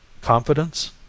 confidence